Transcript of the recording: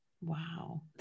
Wow